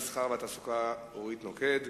המסחר והתעסוקה אורית נוקד.